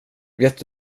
vet